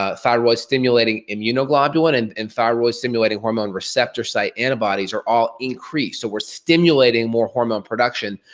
ah thyroid stimulating immunoglobulin and and thyroid stimulating hormone receptor site antibodies are all increased. so, we're stimulating more hormone production,